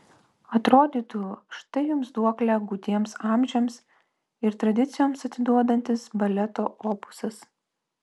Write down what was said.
atrodytų štai jums duoklę gūdiems amžiams ir tradicijoms atiduodantis baleto opusas